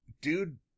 dude